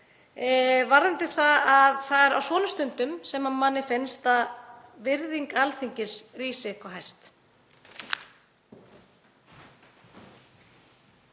varðandi það að það er á svona stundum sem manni finnst að virðing Alþingis rísi hvað hæst.